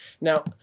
Now